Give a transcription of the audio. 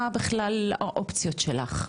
מה בכלל האופציות שלך?